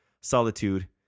solitude